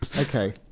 Okay